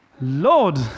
Lord